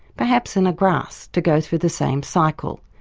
perhaps in grass to go through the same cycle.